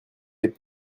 des